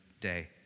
day